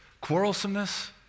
quarrelsomeness